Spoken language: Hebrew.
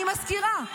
אני מזכירה,